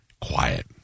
quiet